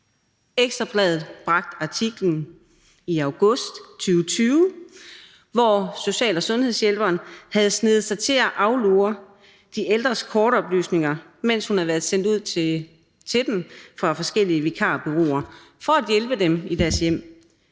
Ekstra Bladet bragte artiklen i august 2020, der handlede om, at social- og sundhedshjælperen havde sneget sig til at aflure de ældres kortoplysninger, mens hun havde været sendt ud til dem fra forskellige vikarbureauer for at hjælpe dem i deres hjem.